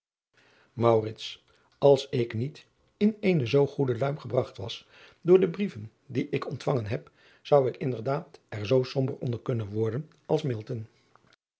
ls ik niet in eene zoo goede luim ge driaan oosjes zn et leven van aurits ijnslager bragt was door de brieven die ik ontvangen heb zou ik inderdaad er zoo somber onder kunnen worden als